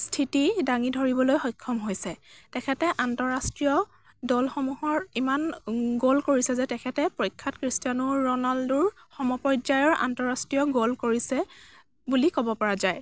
স্থিতি দাঙি ধৰিবলৈ সক্ষম হৈছে তেখেতে আন্তঃৰাষ্ট্ৰীয় দলসমূহৰ ইমান গ'ল কৰিছে যে তেখেতে প্ৰখ্য়াত ক্ৰিষ্টিয়ানো ৰণাল্ডোৰ সমপৰ্যায়ৰ আন্তঃৰাষ্ট্ৰীয় গ'ল কৰিছে বুলি ক'ব পৰা যায়